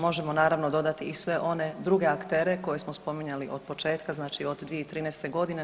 Možemo naravno dodati i sve one druge aktere koje smo spominjali od početka, znači od 2013. godine.